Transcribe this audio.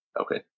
Okay